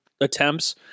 attempts